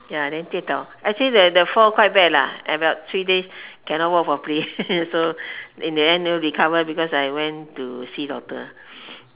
ya then 跌倒 actually the the fall quite bad lah about three days cannot walk properly so in the end r~ recover because I went to see doctor